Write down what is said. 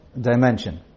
dimension